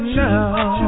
now